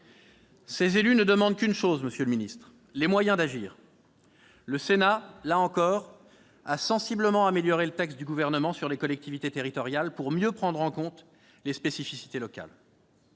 ces élus ne demandent qu'une chose : les moyens d'agir. Le Sénat, là encore, a sensiblement amélioré le texte du Gouvernement s'agissant des collectivités territoriales, pour mieux prendre en compte les spécificités locales.